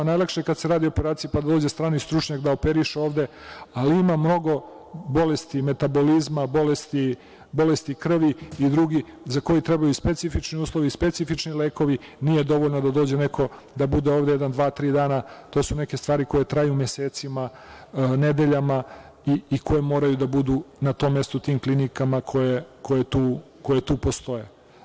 Najlakše je kada se radi o operaciji, pa dođe strani stručnjak da operiše ovde, ali ima mnogo bolesti metabolizma, bolesti krvi i drugih za koje trebaju i specifični uslovi, specifični lekovi, nije dovoljno da dođe neko da bude ovde jedan, dva ili tri dana, to su neke stvari koje traju mesecima, nedeljama i koje moraju da budu na tom mestu u tim klinikama koje tu postoje.